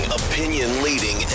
opinion-leading